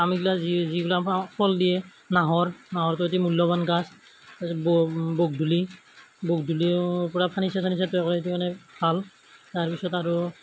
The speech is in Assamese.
আমিবিলাক যি যিবিলাক পাওঁ ফল দিয়ে নাহৰ নাহৰটো অতি মূল্যবান গাছ তাৰপাছত বগলী বগলীও পূৰা ফাৰ্নিছাৰ টাৰ্নিছাৰ তৈয়াৰ কৰে সেইটো কাৰণে ভাল তাৰ পিছত আৰু